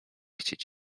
chcieć